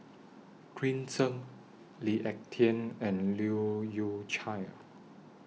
Green Zeng Lee Ek Tieng and Leu Yew Chye